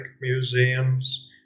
museums